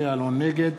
נגד